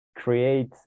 Create